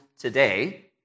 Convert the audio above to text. today